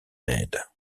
aide